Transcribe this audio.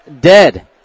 dead